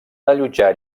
allotjar